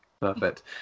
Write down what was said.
perfect